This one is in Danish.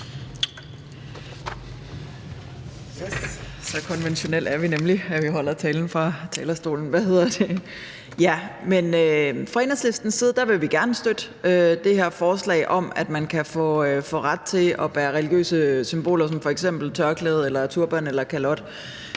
så konventionelle er vi nemlig, at vi holder talen fra talerstolen. Fra Enhedslistens side vil vi gerne støtte det her forslag om, at man kan få ret til at bære religiøse symboler som f.eks. tørklæde, turban eller kalot